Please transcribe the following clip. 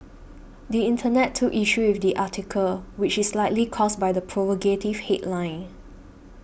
the internet took issue with the article which is likely caused by the provocative headline